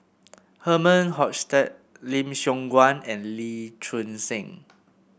Herman Hochstadt Lim Siong Guan and Lee Choon Seng